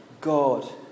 God